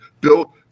Bill